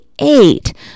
eight